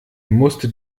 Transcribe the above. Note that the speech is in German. musste